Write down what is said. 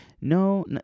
No